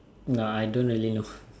nah I don't really know